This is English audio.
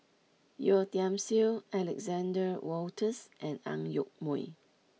Yeo Tiam Siew Alexander Wolters and Ang Yoke Mooi